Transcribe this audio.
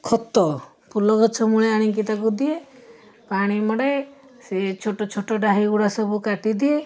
ଖତ ଫୁଲ ଗଛମୂଳେ ଆଣିକି ତାକୁ ଦିଏ ପାଣି ମଡ଼ାଏ ସେ ଛୋଟ ଛୋଟ ଡାହି ଗୁଡ଼ା ସବୁ କାଟିଦିଏ